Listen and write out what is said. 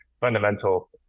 fundamental